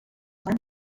van